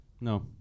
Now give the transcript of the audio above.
No